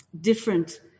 different